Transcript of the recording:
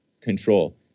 control